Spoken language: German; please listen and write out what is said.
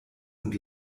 und